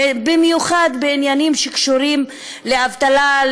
במיוחד בעניינים שקשורים לאבטלה,